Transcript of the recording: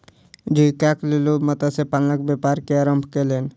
जीवीकाक लेल ओ मत्स्य पालनक व्यापार के आरम्भ केलैन